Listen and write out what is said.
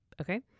Okay